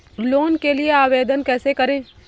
Loan के लिए आवेदन कैसे करें?